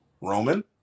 Roman